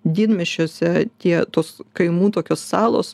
didmiesčiuose tiek tos kaimų tokios salos